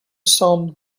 semble